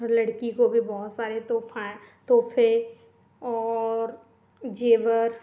लड़की को भी बहुत सारे तोहफा तोहफे और जेवर